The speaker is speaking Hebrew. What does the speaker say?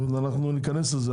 אנחנו ניכנס לזה,